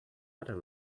other